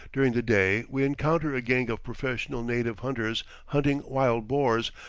during the day we encounter a gang of professional native hunters hunting wild boars,